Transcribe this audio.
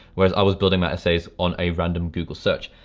whereas i was building my essays on a random google search.